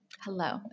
Hello